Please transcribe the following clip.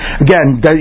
again